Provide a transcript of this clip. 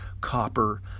copper